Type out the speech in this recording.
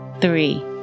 three